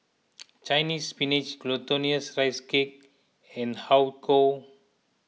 Chinese Spinach Glutinous Rice Cake and Har Kow